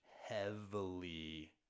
heavily